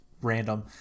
random